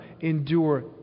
endure